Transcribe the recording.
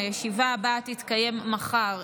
הישיבה הבאה תתקיים מחר,